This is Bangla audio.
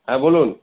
হ্যাঁ বলুন